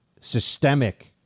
systemic